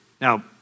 Now